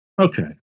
Okay